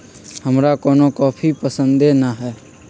हमरा कोनो कॉफी पसंदे न हए